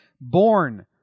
Born